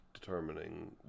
determining